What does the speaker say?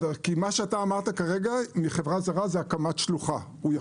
מה שאמרת כרגע, אם היא חברה זרה, זה הקמת שלוחה.